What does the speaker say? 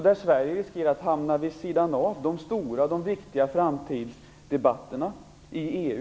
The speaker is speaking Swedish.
Där riskerar Sverige att hamna vid sidan av de stora och viktiga framtidsdebatterna i EU.